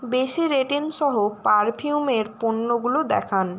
বেশি রেটিংসহ পারফিউমের পণ্যগুলো দেখান